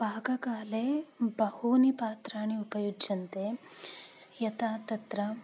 पाककाले बहूनि पात्राणि उपयुज्यन्ते यथा तत्र